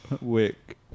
Wick